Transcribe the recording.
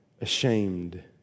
ashamed